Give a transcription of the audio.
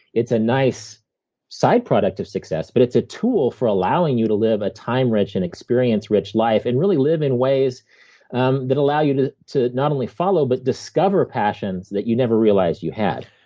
it's a nice side product of success, but it's a tool for allowing you to live a time-rich, an experience-rich life, and really live in ways um that allow you to to not only follow, but discover passions that you never realized you had.